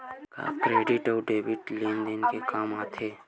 का क्रेडिट अउ डेबिट लेन देन के काम आथे?